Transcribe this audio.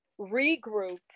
regroup